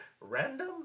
Random